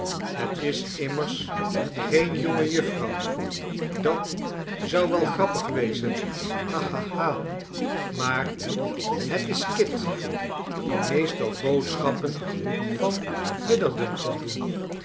het is imrners geen jonge jufvrouw dat zou wel grappig wezen ha ha ha maar het is kit die meestal boodschappen van witherden komt doen